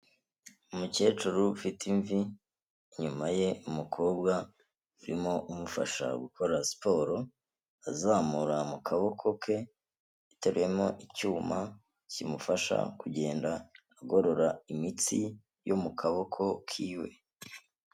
Umukecuru ufite imvi, inyuma ye umukobwa urimo umufasha gukora siporo, azamura mu kaboko ke ateruyemo icyuma kimufasha kugenda agorora imitsi yo mu kaboko kiwe.